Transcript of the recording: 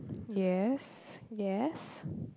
yes yes